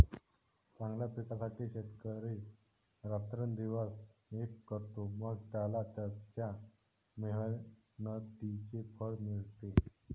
चांगल्या पिकासाठी शेतकरी रात्रंदिवस एक करतो, मग त्याला त्याच्या मेहनतीचे फळ मिळते